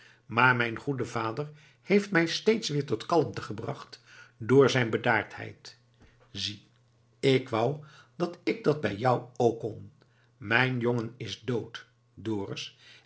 maar mijn goede vader heeft mij steeds weer tot kalmte gebracht door zijn bedaardheid zie ik wou dat ik dat bij jou ook kon mijn jongen is dood dorus